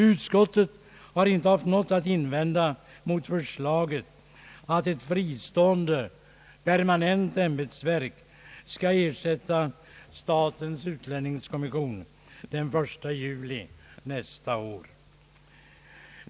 Utskottet har inte haft något att invända mot förslaget att ett fristående permanent ämbetsverk skall ersätta statens utlänningskommission den 1 juli nästa år.